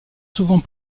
souvent